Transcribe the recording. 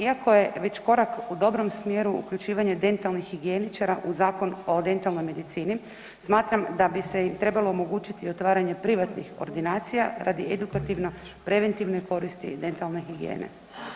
Iako je već korak u dobrom smjeru uključivanje dentalnih higijeničara u Zakon o dentalnoj medicini, smatram da bi se trebalo omogućiti otvaranje privatnih ordinacija radi edukativno-preventivne koristi dentalne higijene.